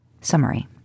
Summary